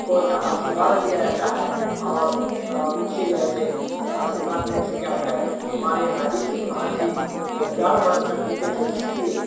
को का आशीर्वाद लिया जाता है और उनसे जो है से आशीर्वाद लेने से क्या होता है हमारे यहाँ ऋषि महर्षि हजारों वर्ष तक जीते थे इसीलिए